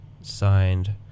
signed